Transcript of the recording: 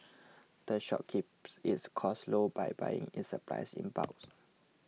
the shop keeps its costs low by buying its supplies in bulk